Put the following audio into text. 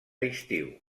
estiu